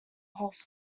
health